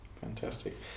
Fantastic